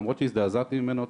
למרות שהזדעזעתי ממנו,